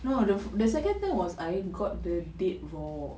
no the the second time was I got the date wrong